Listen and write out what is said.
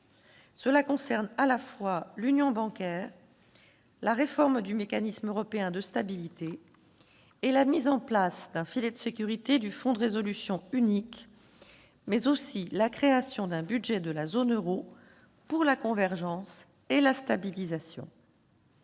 Cela concerne à la fois l'Union bancaire, la réforme du Mécanisme européen de stabilité et la mise en place d'un filet de sécurité du Fonds de résolution unique, mais aussi la création d'un budget de la zone euro pour la convergence et la stabilisation.